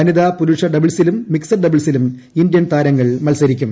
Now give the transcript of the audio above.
വനിതാ പുരുഷ ഡബിൾസിലു് മിക്സഡ് ഡബിൾസിലും ഇന്ത്യൻ താരങ്ങൾ മത്സരിക്കും